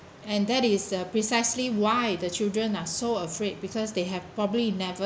and that is uh precisely why the children are so afraid because they have probably never